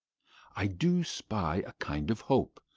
i do spy a kind of hope,